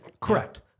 correct